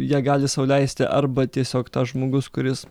jie gali sau leisti arba tiesiog tas žmogus kuris